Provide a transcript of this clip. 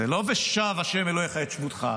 זה לא "ושב ה' אלהיך את שבותך",